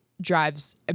drives